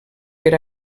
per